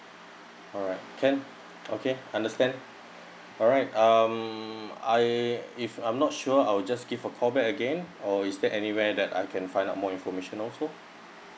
alright can okay understand alright um I if I'm not sure I'll just give a call back again or is there anywhere that I can find out more information also